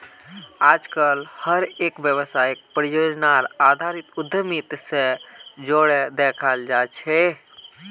आजकल हर एक व्यापारक परियोजनार आधारित उद्यमिता से जोडे देखाल जाये छे